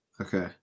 Okay